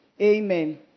Amen